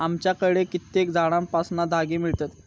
आमच्याकडे कित्येक झाडांपासना धागे मिळतत